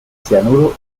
cianuro